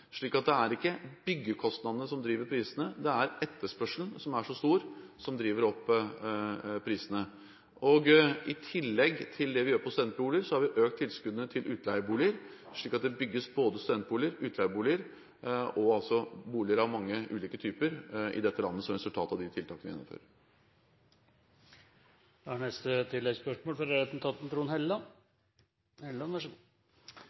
det er ikke byggekostnadene som driver prisene, det er etterspørselen, som er så stor at den driver opp prisene. I tillegg til det vi gjør når det gjelder studentboliger, har vi økt tilskuddene til utleieboliger, slik at det bygges både studentboliger, utleieboliger og boliger av mange ulike typer i dette landet som resultat av de tiltakene vi gjennomfører.